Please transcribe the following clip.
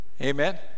amen